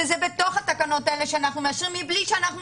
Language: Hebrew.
שזה בתוך בתקנות האלה שאנחנו מאשרים מבלי שאנחנו